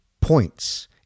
points